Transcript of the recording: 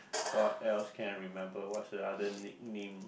what else can I remember what's the other nickname